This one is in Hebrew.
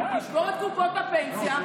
לשבור את קופות הפנסיה,